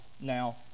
Now